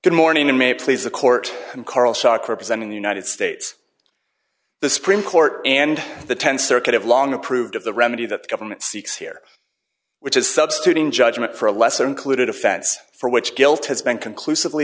good morning and may please the court i'm carl soccer present in the united states the supreme court and the th circuit have long approved of the remedy that the government seeks here which is substituting judgment for a lesser included offense for which guilt has been conclusively